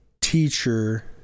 teacher